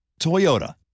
Toyota